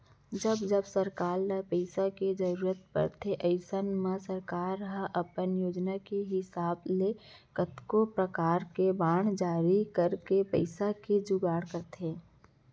जब जब सरकार ल पइसा के जरूरत परथे अइसन म सरकार ह अपन योजना के हिसाब ले कतको परकार के बांड जारी करके पइसा के जुगाड़ करथे